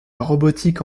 robotique